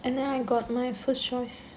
and then I got my first choice